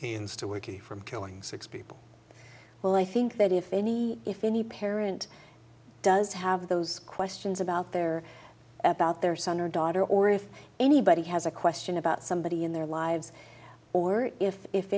working from killing six people well i think that if any if any parent does have those questions about their about their son or daughter or if anybody has a question about somebody in their lives or if if